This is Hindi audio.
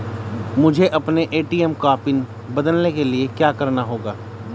मुझे अपने ए.टी.एम का पिन बदलने के लिए क्या करना होगा?